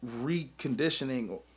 reconditioning